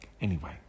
Anyway